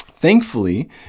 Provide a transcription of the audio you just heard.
Thankfully